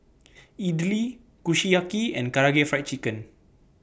Idili Kushiyaki and Karaage Fried Chicken